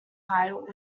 title